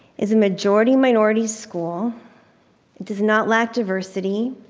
is a majority minority school, it does not lack diversity.